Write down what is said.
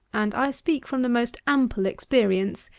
and i speak from the most ample experience,